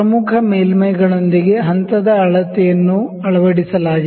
ಪ್ರಮುಖ ಮೇಲ್ಮೈಗಳೊಂದಿಗೆ ಹಂತದ ಅಳತೆಯನ್ನು ಅಳವಡಿಸಲಾಗಿದೆ